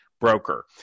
broker